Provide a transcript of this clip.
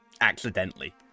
accidentally